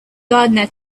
gardener